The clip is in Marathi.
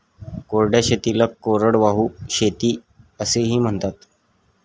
कोरड्या शेतीला कोरडवाहू शेती असेही म्हणतात